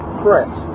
press